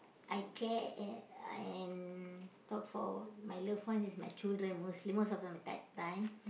I care and and thought for my loved one is my children mostly most of them that time